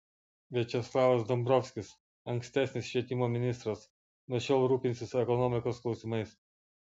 viačeslavas dombrovskis ankstesnis švietimo ministras nuo šiol rūpinsis ekonomikos klausimais